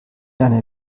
einer